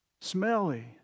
smelly